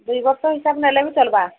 ଦୁଇ ବର୍ଷ ହିସାବ ନେଲେ ବି ଚଲବା